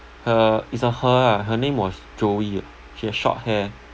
her it's a her ah her name was joey ah she has short hair